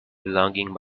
belonging